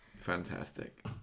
Fantastic